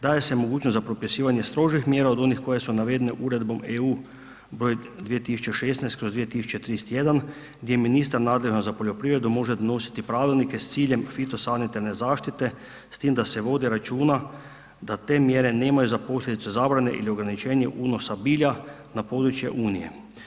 Daje se mogućnost za propisivanje strožih mjera od onih koje su navedene Uredbom EU br. 2016/2031 gdje je ministar nadležan za poljoprivredu može donositi pravilnike s ciljem fitosanitarne zaštite s tim da se vodi računa da te mjere nemaju za posljedicu zabrane ili ograničenje unosa bilja na područje Unije.